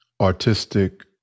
artistic